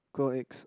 gold eggs